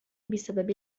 بسبب